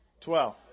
Twelve